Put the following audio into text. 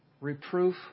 reproof